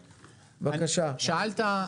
שאלת,